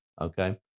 Okay